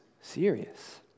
serious